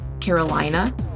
Carolina